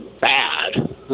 bad